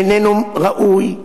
איננו ראוי,